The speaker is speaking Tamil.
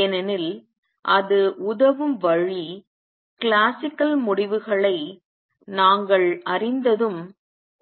ஏனெனில் அது உதவும் வழி கிளாசிக்கல் முடிவுகளை நாங்கள் அறிந்ததும்